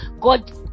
god